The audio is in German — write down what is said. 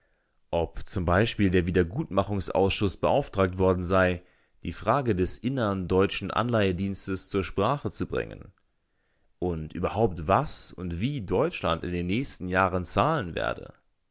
ob zum beispiel der wiedergutmachungsausschuß beauftragt worden sei die frage des innern deutschen anleihedienstes zur sprache zu bringen und überhaupt was und wie deutschland in den nächsten jahren zahlen werde